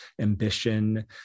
ambition